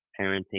parenting